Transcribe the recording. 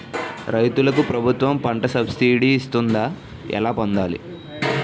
రైతులకు ప్రభుత్వం పంట సబ్సిడీ ఇస్తుందా? ఎలా పొందాలి?